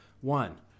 one